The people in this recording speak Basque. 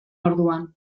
orduan